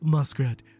Muskrat